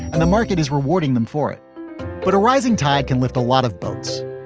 and the market is rewarding them for it but a rising tide can lift a lot of boats.